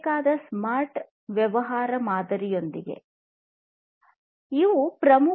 ನೀವು ಸ್ಮಾರ್ಟ್ ವ್ಯವಹಾರ ಮಾದರಿಯೊಂದಿಗೆ ಬರಬೇಕು